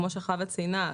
כמו שחוה ציינה,